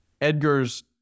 Edgar's